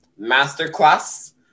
masterclass